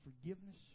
forgiveness